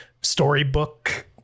storybook